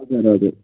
हजुर हजुर